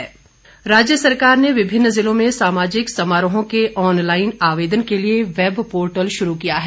आवेदन राज्य सरकार ने विभिन्न जिलों में सामाजिक समारोहों के ऑनलाईन आवेदन के लिए वैब पोर्टल शुरू किया है